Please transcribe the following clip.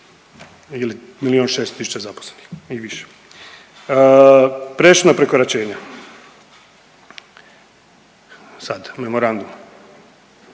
ili milijun 600 tisuća zaposlenih i više. Prešutna prekoračenja, sad memorandum.